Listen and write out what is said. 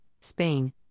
Spain